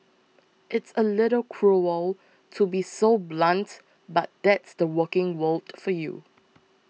it's a little cruel to be so blunt but that's the working world for you